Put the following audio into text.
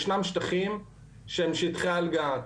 ישנם שטחים שהם שטחי אל געת,